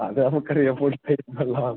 അത് നമുക്കറിയാം full time വെള്ളമാണെന്ന്